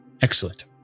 Excellent